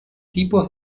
tipos